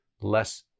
less